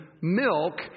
milk